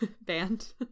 band